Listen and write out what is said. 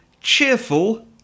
cheerful